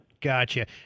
Gotcha